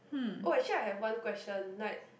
oh actually I have one question like